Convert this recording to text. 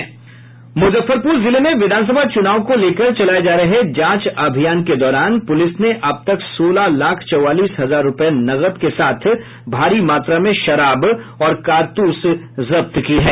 मुजफ्फरपुर जिले में विधान सभा चुनाव को लेकर चलाये जा रहे जांच अभियान के दौरान पुलिस ने अब तक सोलह लाख चौवालीस हजार रुपये नकद के साथ भारी मात्रा में शराब और कारतूस जब्त किये हैं